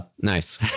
Nice